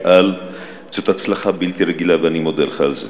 ששאל, שזאת הצלחה בלתי רגילה, ואני מודה לך על זה.